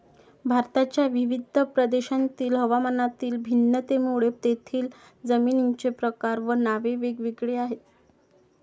भारताच्या विविध प्रदेशांतील हवामानातील भिन्नतेमुळे तेथील जमिनींचे प्रकार व नावे वेगवेगळी आहेत